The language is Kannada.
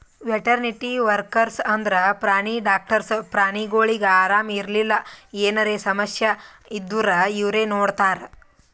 ವೆಟೆರ್ನಿಟಿ ವರ್ಕರ್ಸ್ ಅಂದ್ರ ಪ್ರಾಣಿ ಡಾಕ್ಟರ್ಸ್ ಪ್ರಾಣಿಗೊಳಿಗ್ ಆರಾಮ್ ಇರ್ಲಿಲ್ಲ ಎನರೆ ಸಮಸ್ಯ ಇದ್ದೂರ್ ಇವ್ರೇ ನೋಡ್ತಾರ್